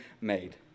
made